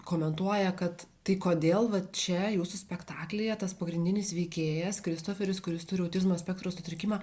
komentuoja kad tai kodėl va čia jūsų spektaklyje tas pagrindinis veikėjas kristoferis kuris turi autizmo spektro sutrikimą